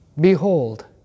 Behold